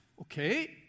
Okay